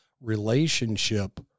relationship